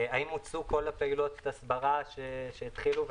האם מוצו כל פעילויות ההסברה שהתחילו,